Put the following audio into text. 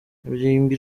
irimbi